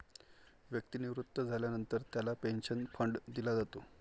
व्यक्ती निवृत्त झाल्यानंतर त्याला पेन्शन फंड दिला जातो